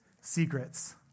secrets